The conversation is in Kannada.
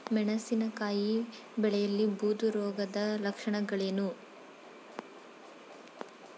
ಮೆಣಸಿನಕಾಯಿ ಬೆಳೆಯಲ್ಲಿ ಬೂದು ರೋಗದ ಲಕ್ಷಣಗಳೇನು?